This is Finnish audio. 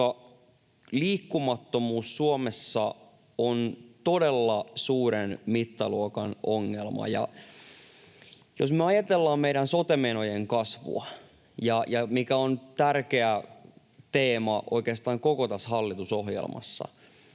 liikkumattomuus Suomessa on todella suuren mittaluokan ongelma, ja jos me ajatellaan meidän sote-menojen kasvua, mikä on tärkeä teema oikeastaan koko tässä hallitusohjelmassa,